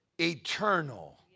eternal